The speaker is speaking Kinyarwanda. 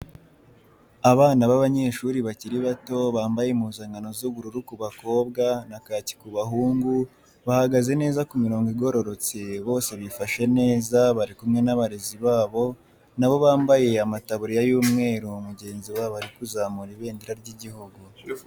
Abana b'abanyeshuri bakiri bato bambaye impuzankano z'ubururu ku bakobwa na kaki ku bahungu bahagaze neza ku mirongo igororotse bose bifashe neza bari kumwe n'abarezi babo nabo bambaye amataburiya y'umweru mugenzi wabo ari kuzamura ibendera ry'igihugu.